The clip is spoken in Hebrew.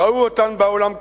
ראו אותן בעולם כולו.